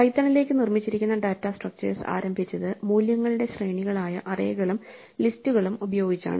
പൈത്തണിലേക്ക് നിർമ്മിച്ചിരിക്കുന്ന data structures ആരംഭിച്ചത് മൂല്യങ്ങളുടെ ശ്രേണികളായ അറേകളും ലിസ്റ്റുകളും ഉപയോഗിച്ചാണ്